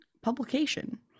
publication